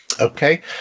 Okay